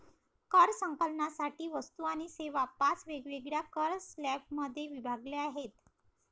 कर संकलनासाठी वस्तू आणि सेवा पाच वेगवेगळ्या कर स्लॅबमध्ये विभागल्या आहेत